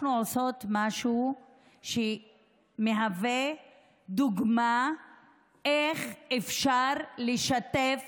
אנחנו עושות משהו שמהווה דוגמה לאיך אפשר לשתף